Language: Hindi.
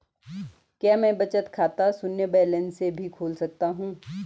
क्या मैं बचत खाता शून्य बैलेंस से भी खोल सकता हूँ?